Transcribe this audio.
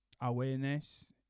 awareness